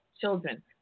children